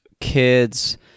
kids